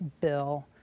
bill